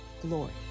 glory